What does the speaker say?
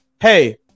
hey